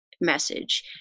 message